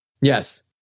Yes